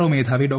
O മേധാവി ഡോ